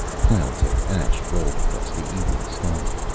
clouds of ash rolled across the evening sky.